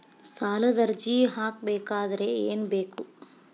ಸಾಲದ ಅರ್ಜಿ ಹಾಕಬೇಕಾದರೆ ಏನು ಬೇಕು?